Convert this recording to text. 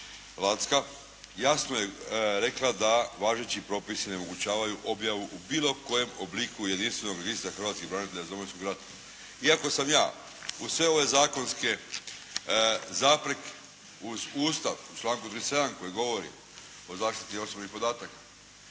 jasno je rekla da važeći propisi ne omogućavaju objavu u bilo kojem obliku jedinstvenog registra hrvatskih branitelja iz Domovinskog rata. Iako sam ja, uz sve ove zakonske zapreke, uz Ustav u članku 37. koji govori o zaštiti osobnih podataka,